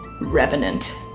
Revenant